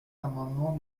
l’amendement